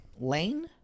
Lane